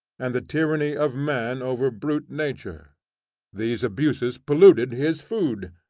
and the tyranny of man over brute nature these abuses polluted his food.